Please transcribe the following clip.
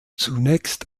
zunächst